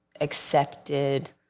accepted